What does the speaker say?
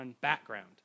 background